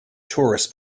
tourists